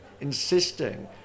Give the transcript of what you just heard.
insisting